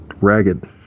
ragged